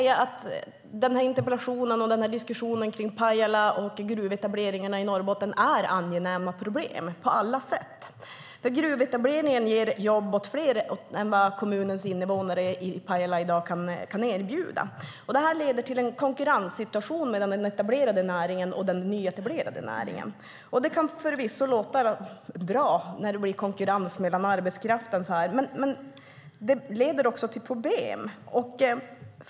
Gruvetableringarna i Pajala och övriga Norrbotten är på många sätt ett angenämt problem. Gruvetableringen ger jobb åt fler än kommunens invånare och leder till en konkurrenssituation mellan den redan etablerade näringen och den nyetablerade näringen. Det kan låta bra med konkurrens om arbetskraften, men det innebär också problem.